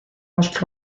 los